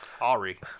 Ari